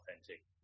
authentic